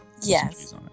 yes